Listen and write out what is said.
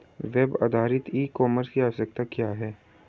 Web आधारित e commerce की आवश्यकता क्या है?